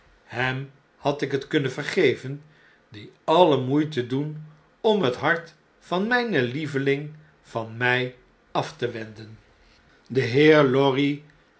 hem had ik het kunnen vergeven die alle moeite doen om het hart van mjjne lieveling van mij af te wenden de heer lorry